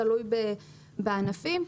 תלוי בענפים.